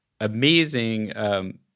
amazing